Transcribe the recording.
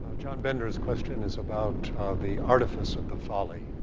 john bender's question is about the artifice of the folly,